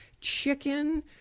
chicken